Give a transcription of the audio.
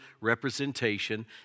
representation